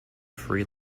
free